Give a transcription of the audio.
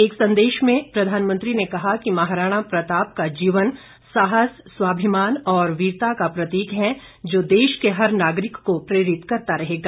एक संदेश में प्रधानमंत्री ने कहा कि महाराणा प्रताप का जीवन साहस स्वाभिमान और वीरता का प्रतीक है जो देश के हर नागरिक को प्रेरित करता रहेगा